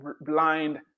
blind